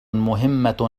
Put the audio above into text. مهمة